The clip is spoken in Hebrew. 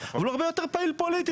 אבל הוא הרבה יותר פעיל פוליטית.